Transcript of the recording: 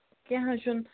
کیٚنٚہہ نہَ حظ چھُنہٕ